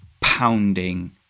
pounding